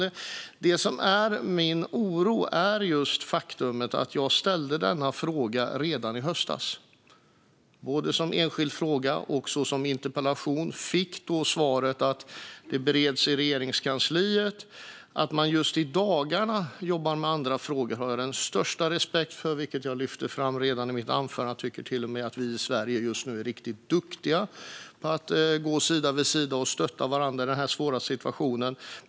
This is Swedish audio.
Min oro kommer sig av att jag ställde denna fråga redan i höstas, både som enskild fråga och som interpellation. Jag fick då svaret att det bereds i Regeringskansliet. Att man just i dagarna jobbar med andra frågor har jag den största respekt för, vilket jag lyfte fram redan i mitt anförande. Jag tycker till och med att vi i Sverige just nu är riktigt duktiga på att gå sida vid sida och stötta varandra i denna svåra situation.